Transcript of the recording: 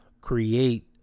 create